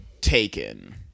taken